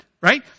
Right